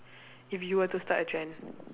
if you were to start a trend